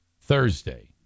Thursday